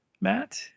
Matt